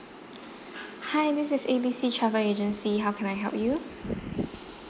hi this is A B C travel agency how can I help you